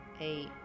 Eight